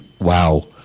wow